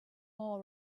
more